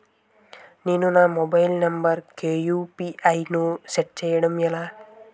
నేను నా mobile number కుయు.పి.ఐ ను సెట్ చేయడం ఎలా?